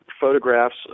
photographs